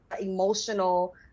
emotional